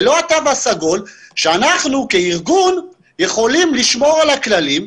בעוד שאנחנו כארגון יכולים לשמור על הכללים.